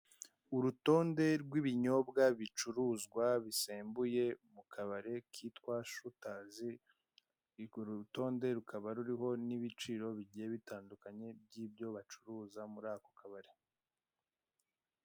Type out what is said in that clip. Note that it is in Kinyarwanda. Urutonde rw'ibinyobwa bicuruzwa bisembuye mu kabari kitwa shutazi, uru rutonde rukaba ruriho n'ibiciro bigiye bitandukanye by'ibyo bacuruza muri ako kabari.